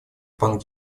пан